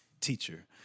teacher